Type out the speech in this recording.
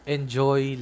Enjoy